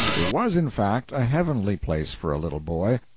it was, in fact, a heavenly place for a little boy.